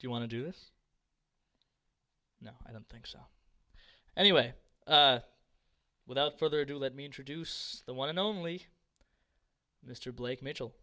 do you want to do this i don't think so anyway without further ado let me introduce the one and only mr blake mitchell